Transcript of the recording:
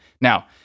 Now